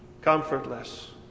comfortless